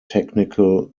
technical